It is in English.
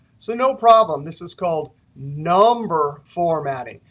so no problem. this is called number formatting.